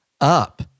up